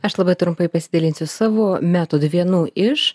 aš labai trumpai pasidalinsiu savo metodu vienu iš